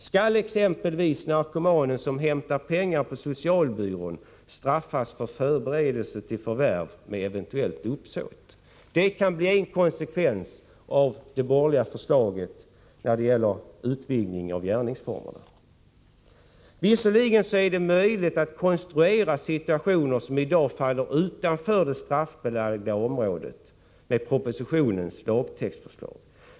Skall exempelvis narkomanen som hämtar pengar på socialbyrån straffas för förberedelse till förvärv med eventuellt uppsåt? Det kan bli en konsekvens av det borgerliga förslaget när det gäller utvidgning av gärningsformerna. Visserligen är det möjligt att tänka sig situationer som i dag, med propositionens lagtextförslag, faller utanför det straffbelagda området.